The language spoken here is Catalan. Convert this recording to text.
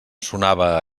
sonava